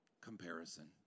Comparison